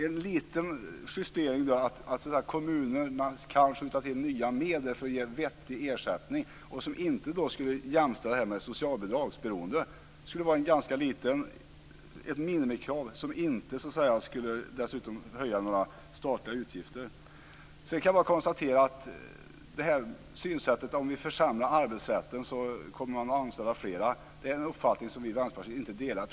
En liten justering så att kommunerna skulle kunna skjuta till medel för att ge vettig ersättning, vilket inte skulle jämställas med socialbidragsberoende, är ett minimikrav som inte skulle höja några statliga utgifter. Synsättet att om arbetsrätten försämras kommer man att anställa flera delar inte vi i Vänsterpartiet.